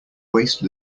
waste